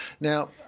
Now